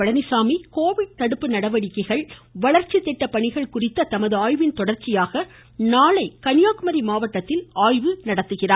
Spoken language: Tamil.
பழனிசாமி கோவிட் தடுப்பு நடவடிக்கைகள் வளர்ச்சி திட்ட பணிகள் குறித்த தமது ஆய்வின் தொடர்ச்சியாக நாளை கன்னியாகுமரியில் ஆய்வு மேற்கொள்கிறார்